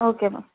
okay ma'am